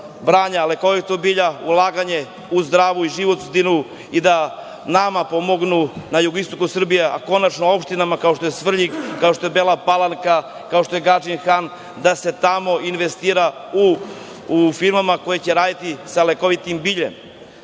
branja lekovitog bilja, ulaganje u zdravu i životnu sredinu i da nama pomognu na jugoistoku Srbije, a konačno opštinama kao što je Svrljig, kao što je Bela Palanka, kao što je Gadžin Han, da se tamo investira u firme koje će raditi sa lekovitim biljem. Pitanje